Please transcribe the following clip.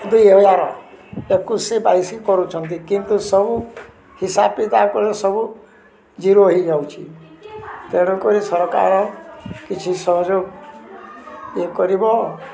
ଦୁଇ ହଜାର ଏକୋଇଶି ବାଇଶି କରୁଛନ୍ତି କିନ୍ତୁ ସବୁ ହିସା ପିତା ଉପରେ ସବୁ ଜିରୋ ହୋଇଯାଉଛି ତେଣୁକରି ସରକାର କିଛି ସହଯୋଗ ଇଏ କରିବ